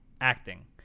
acting